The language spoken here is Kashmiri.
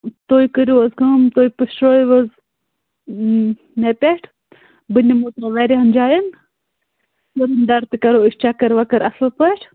تُہۍ کٔرِو حَظ کٲم تُہۍ پُشراٮ۪و حَظ مےٚ پٮ۪ٹھ بہٕ نِمہو تُہۍ واریاہن جایَن سُریندر تہِ کَِرو أسۍ چکر وکر اَصٕل پٲٹھۍ